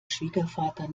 schwiegervater